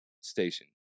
station